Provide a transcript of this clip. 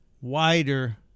wider